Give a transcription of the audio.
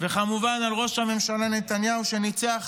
וכמובן, על ראש הממשלה נתניהו, שניצח